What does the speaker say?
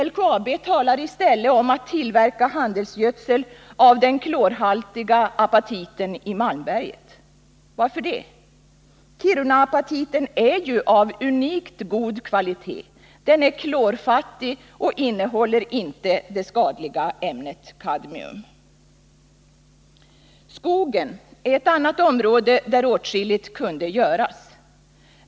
LKAB talar i stället om att tillverka handelsgödsel av den klorhaltiga apatiten i Malmberget. Varför det? Kiruna-apatiten är ju av unikt god kvalitet. Den är klorfattig och innehåller inte det skadliga ämnet kadmium. Skogen är ett annat område där åtskilligt kunde göras.